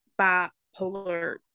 bipolar